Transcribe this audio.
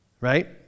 right